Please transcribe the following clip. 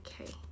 Okay